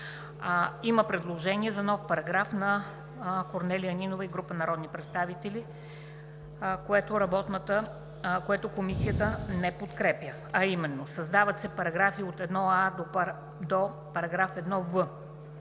Има предложение за нов параграф на Корнелия Нинова и група народни представители, което Комисията не подкрепя, а именно: „ІІ. Създават се § 1а – 1в: